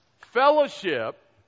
Fellowship